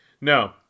No